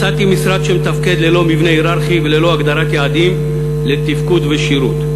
מצאתי משרד שמתפקד ללא מבנה הייררכי וללא הגדרת יעדים לתפקוד ושירות.